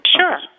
Sure